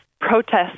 protests